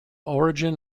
origin